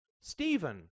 Stephen